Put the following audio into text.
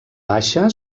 baixa